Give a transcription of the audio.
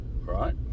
right